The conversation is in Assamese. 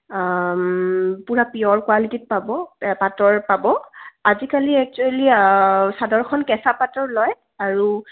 পূৰা পিয়'ৰ কোৱালিটিত পাব পাটৰ পাব আজিকালি একচুৱেলি চাদৰখন কেঁচা পাটৰ লয় আৰু